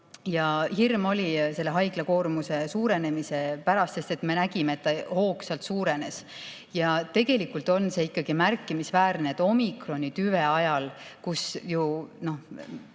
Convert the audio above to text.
haiglas. Oli hirm haiglakoormuse suurenemise pärast, sest me nägime, et see hoogsalt suurenes. Ja tegelikult on see ikkagi märkimisväärne, et omikrontüve ajal, meenutage,